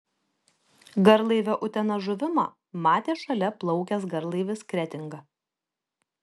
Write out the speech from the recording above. garlaivio utena žuvimą matė šalia plaukęs garlaivis kretinga